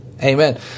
Amen